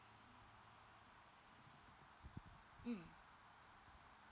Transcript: mm